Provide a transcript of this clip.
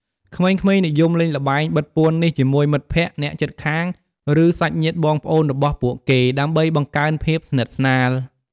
ក្មេងៗនិយមលេងល្បែងបិទពួននេះជាមួយមិត្តភក្តិ អ្នកជិតខាង ឬ សាច់ញាតិបងប្អូនរបស់ពួកគេ ដើម្បីបង្កើនភាពស្និទ្ធស្នាល។